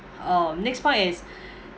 uh next point is